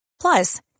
Plus